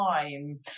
time